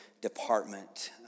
department